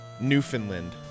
Newfoundland